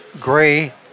gray